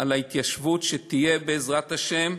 על ההתיישבות שתהיה, בעזרת השם.